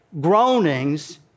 groanings